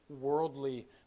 worldly